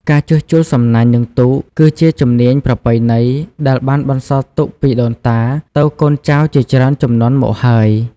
ការជួសជុលសំណាញ់ និងទូក គឺជាជំនាញប្រពៃណីដែលបានបន្សល់ទុកពីដូនតាទៅកូនចៅជាច្រើនជំនាន់មកហើយ។